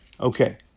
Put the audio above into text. Okay